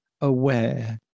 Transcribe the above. aware